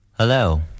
Hello